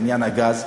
בעניין הגז.